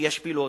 שישפילו אותו,